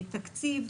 תקציב,